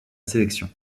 sélection